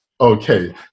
okay